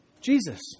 Jesus